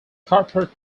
corporate